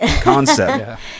concept